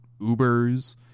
Ubers